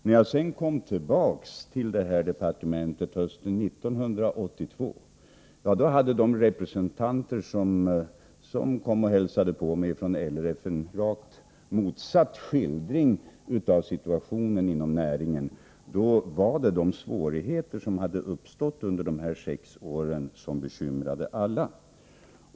När jag sedan kom tillbaka till det här departementet hösten 1982, hade de representanter från LRF som kom och hälsade på mig en rakt motsatt skildring av situationen inom näringen. Då var det de svårigheter som hade uppstått under de sex åren som bekymrade alla.